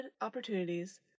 opportunities